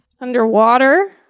Underwater